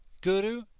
Guru